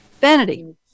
vanity